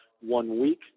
one-week